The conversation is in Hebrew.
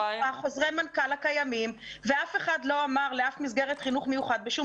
חוזרי המנכ"ל הקיימים ואף אחד לא אמר לאף מסגרת חינוך מיוחד בשום